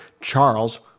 charles